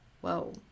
whoa